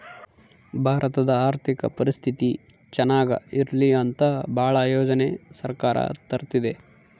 ಭಾರತದ ಆರ್ಥಿಕ ಪರಿಸ್ಥಿತಿ ಚನಾಗ ಇರ್ಲಿ ಅಂತ ಭಾಳ ಯೋಜನೆ ಸರ್ಕಾರ ತರ್ತಿದೆ